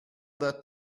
that